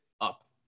up